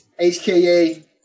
HKA